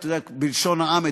בלשון העם,